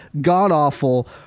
god-awful